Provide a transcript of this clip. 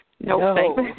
No